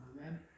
Amen